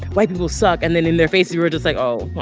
white people suck. and then in their face, we were just like, oh,